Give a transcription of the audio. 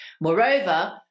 Moreover